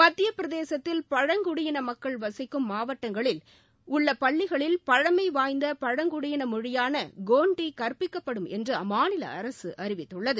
மத்தியப்பிரதேசத்தில் பழங்குடியின மக்கள் வசிக்கும் மாவட்டங்களில் உள்ள பள்ளிகளில் பழமைவாய்ந்த பழங்குடியின மொழியாள கோண்டி கற்பிக்கப்படும் என்று அம்மாநில அரசு அறிவித்துள்ளது